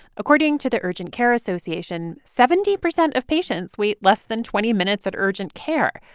according to the urgent care association, seventy percent of patients wait less than twenty minutes at urgent care.